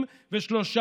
תקציב המדינה,